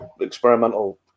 experimental